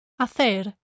hacer